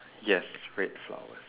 yes red flowers